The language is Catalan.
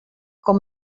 com